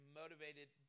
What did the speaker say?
motivated